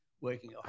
working